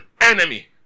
enemy